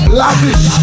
lavish